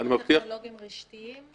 פתרונות טכנולוגיים רשתיים?